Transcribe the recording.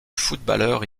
footballeur